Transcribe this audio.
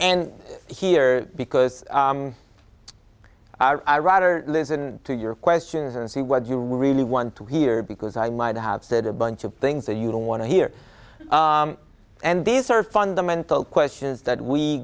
and hear because i write or listen to your questions and see what you really want to hear because i might have said a bunch of things that you don't want to hear and these are fundamental questions that we